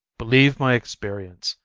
believe my experience,